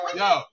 yo